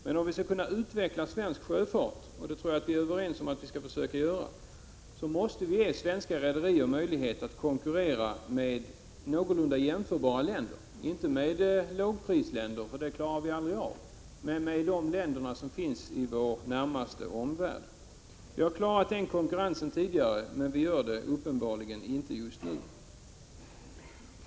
Men om vi skall kunna utveckla svensk sjöfart, och det tror jag vi är överens om att vi skall försöka göra, måste vi ge svenska rederier möjlighet att konkurrera med någorlunda jämförbara länder, inte med lågprisländer — det klarar vi inte av — men med de länder som finns i vår närmaste omvärld. Vi har klarat denna konkurrens tidigare, men vi gör det uppenbarligen inte just nu.